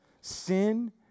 sin